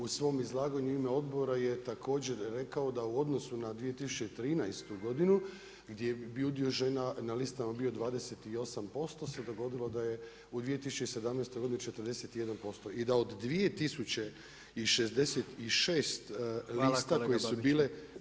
U svom izlaganju u ime odbora je također rekao da u odnosu na 2013. godinu, gdje je udio žena na listama bio 28% se dogodilo da je u 2017. godini 41% i da od 2066 lista koje su bile